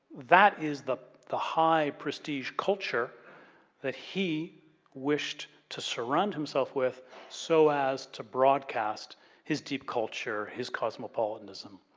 that is the the high prestige culture that he wished to surround himself with so as to broadcast his deep culture, his cosmopolitanism.